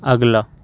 اگلا